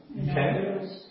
Okay